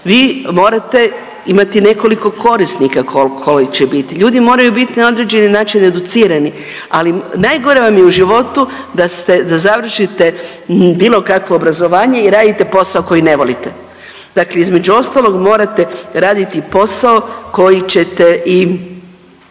vi morate imati nekoliko korisnika koji će biti. Ljudi moraju biti na određeni način educirani, ali najgore vam je u životu da završite bilo kakvo obrazovanje i radite posao koji ne volite. Dakle, između ostalog morate raditi posao koji ćete i